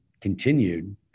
continued